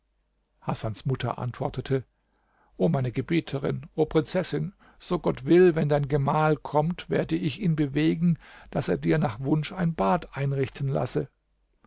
hasans mutter antwortete o meine gebieterin o prinzessin so gott will wenn dein gemahl kommt werde ich ihn bewegen daß er dir nach wunsch ein bad einrichten lasse